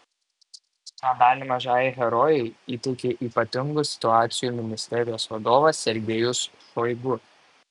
medalį mažajai herojei įteikė ypatingų situacijų ministerijos vadovas sergejus šoigu